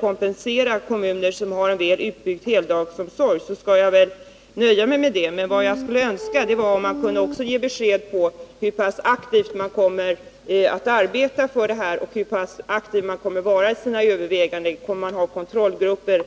kompensera kommuner som har en väl utbyggd heldagsomsorg, kan jag väl nöja mig med detta. Men vad jag skulle önska är att man kunde ge besked om hur pass aktivt man kommer att arbeta för detta och hur aktiv man kommer att vara i sina överväganden. Kommer man att ha kontrollgrupper?